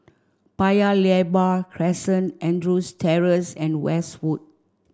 Paya Lebar Crescent Andrews Terrace and Westwood